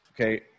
okay